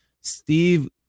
Steve